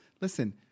listen